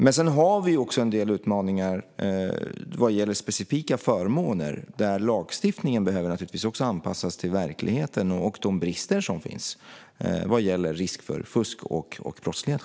Men vi har också en del utmaningar vad gäller specifika förmåner, där lagstiftningen naturligtvis behöver anpassas till verkligheten och de brister som finns vad gäller risk för fusk och brottslighet.